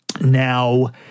now